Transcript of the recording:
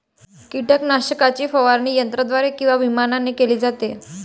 कीटकनाशकाची फवारणी यंत्राद्वारे किंवा विमानाने केली जाते